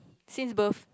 since birth